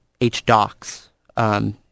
hdocs